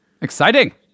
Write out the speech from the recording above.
Exciting